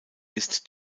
ist